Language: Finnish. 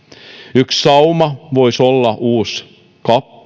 yksi sauma voisi olla uusi cap